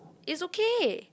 it's okay